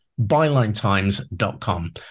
bylinetimes.com